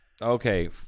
Okay